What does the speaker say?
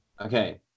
Okay